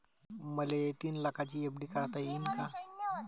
मले तीन लाखाची एफ.डी काढता येईन का?